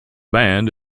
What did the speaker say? band